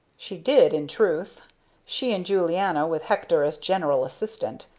she did in truth she and julianna with hector as general assistant.